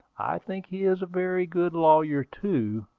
i think he is a very good lawyer too,